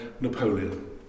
Napoleon